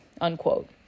unquote